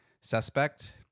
suspect